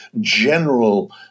general